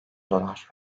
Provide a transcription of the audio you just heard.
dolar